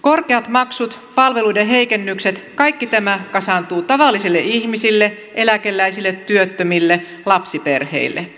korkeat maksut palveluiden heikennykset kaikki tämä kasaantuu tavallisille ihmisille eläkeläisille työttömille lapsiperheille